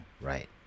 Right